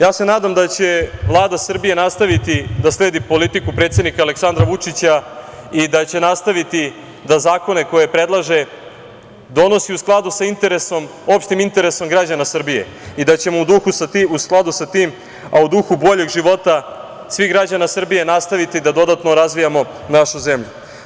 Ja se nadam da će Vlada Srbije nastaviti da sledi politiku predsednika Aleksandra Vučića, i da će nastaviti da zakone koje predlaže, donosi u skladu sa opštim interesom građana Srbije i da ćemo u duhu sa tim, a u duhu boljeg života, svih građana Srbije, nastaviti da dodatno razvijamo našu zemlju.